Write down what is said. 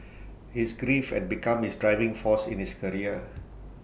his grief had become his driving force in his career